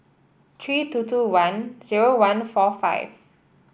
three two two one zero one four five